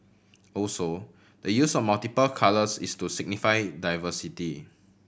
also the use of multiple colours is to signify diversity